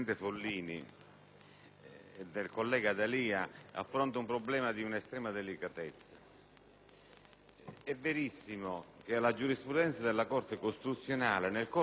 del senatore D'Alia affronta un problema di una estrema delicatezza. È vero che la giurisprudenza della Corte costituzionale nel corso di questi anni